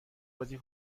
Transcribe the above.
بازی